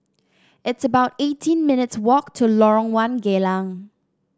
it's about eighteen minutes' walk to Lorong One Geylang